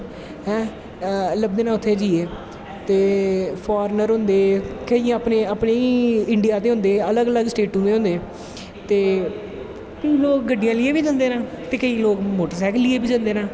हैं लब्भना उत्थें जाईये फार्नर होंदे केंई अपनें इंडिया दे होंदे अलग अलग स्टेटें दे होंदे ते केंई लोग गड्डियां लेईयै बी जंदे नै ते केंई लोग मोटर सैकल लेईयै बी जंदे नै